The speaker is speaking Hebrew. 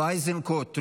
לא איזנקוט,